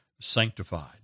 sanctified